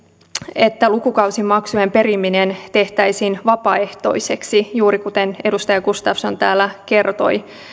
että lukukausimaksujen periminen tehtäisiin vapaaehtoiseksi juuri kuten edustaja gustafsson täällä kertoi